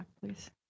please